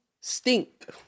stink